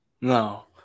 No